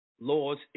laws